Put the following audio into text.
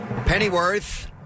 Pennyworth